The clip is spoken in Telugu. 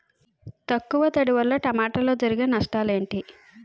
తక్కువ తడి వల్ల టమోటాలో జరిగే నష్టాలేంటి?